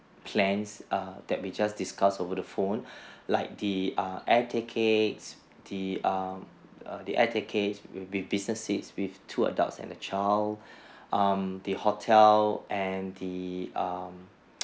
plans err that we just discussed over the phone like the err air tickets the err the air tickets will be business seats with two adults and a child um the hotel and the um